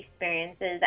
experiences